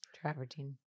Travertine